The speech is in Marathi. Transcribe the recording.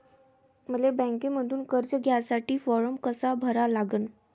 मले बँकेमंधून कर्ज घ्यासाठी फारम कसा भरा लागन?